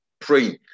praying